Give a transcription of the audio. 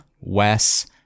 Wes